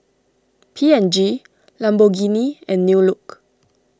P and G Lamborghini and New Look